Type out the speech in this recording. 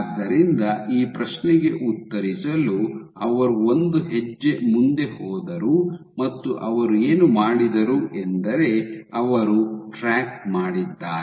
ಆದ್ದರಿಂದ ಈ ಪ್ರಶ್ನೆಗೆ ಉತ್ತರಿಸಲು ಅವರು ಒಂದು ಹೆಜ್ಜೆ ಮುಂದೆ ಹೋದರು ಮತ್ತು ಅವರು ಏನು ಮಾಡಿದರು ಎಂದರೆ ಅವರು ಟ್ರ್ಯಾಕ್ ಮಾಡಿದ್ದಾರೆ